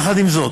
יחד עם זאת,